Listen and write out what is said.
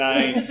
Nine